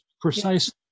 precisely